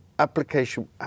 Application